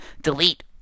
delete